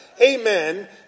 Amen